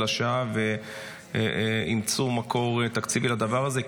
השעה וימצאו מקור תקציבי לדבר הזה,